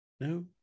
No